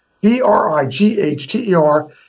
B-R-I-G-H-T-E-R